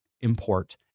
import